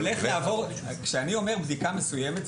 כשאני אומר בדיקה מסוימת,